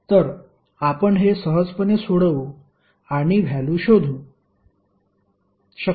तर आपण हे सहजपणे सोडवू आणि व्हॅल्यु शोधू शकतो